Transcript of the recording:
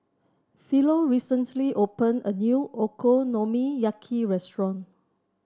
Philo recently open a new Okonomiyaki restaurant